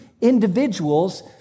individuals